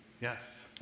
Yes